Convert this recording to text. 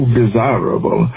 desirable